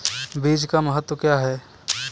बीज का महत्व क्या है?